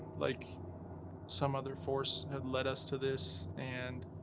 like some other force had led us to this and.